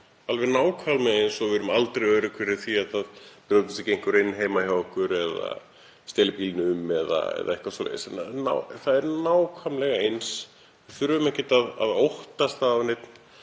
algjört, nákvæmlega eins og við erum aldrei örugg fyrir því að það brjótist einhver inn heima hjá okkur eða steli bílnum eða eitthvað svoleiðis. Þetta er nákvæmlega eins. Við þurfum ekkert að óttast það á neinn